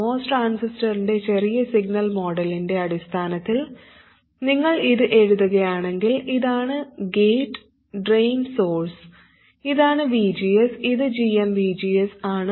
MOS ട്രാൻസിസ്റ്ററിൻറെ ചെറിയ signal മോഡലിൻറെ അടിസ്ഥാനത്തിൽ നിങ്ങൾ ഇത് എഴുതുകയാണെങ്കിൽ ഇതാണ് ഗേറ്റ് ഡ്രെയിൻ സോഴ്സ് ഇതാണ് VGS ഇത് gmVGS ആണ്